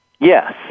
Yes